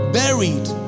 buried